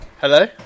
Hello